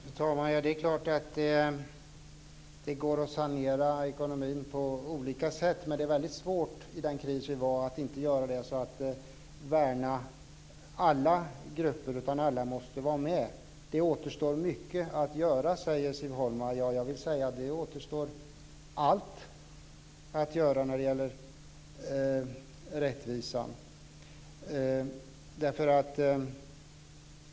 Fru talman! Det är klart att det går att sanera ekonomin på olika sätt, men det var svårt att under krisen göra det så att alla grupper värnades. Siv Holma säger att det återstår mycket att göra. Jag vill säga att det återstår allt att göra när det gäller rättvisa.